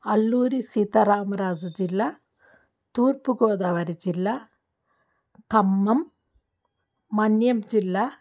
అల్లూరి సీతారామరాజు జిల్లా తూర్పు గోదావరి జిల్లా ఖమ్మం మన్యం జిల్లా